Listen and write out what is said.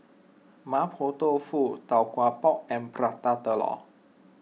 Mapo Tofu Tau Kwa Pau and Prata Telur